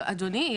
אדוני,